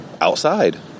outside